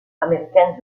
américaine